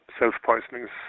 self-poisonings